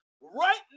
Right